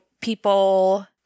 people